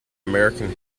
american